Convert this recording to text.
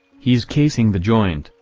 he's casing the joint,